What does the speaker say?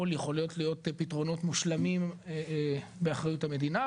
יכולים להיות פתרונות מושלמים באחריות המדינה,